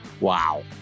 Wow